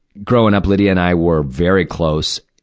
growing up, lydia and i were very close,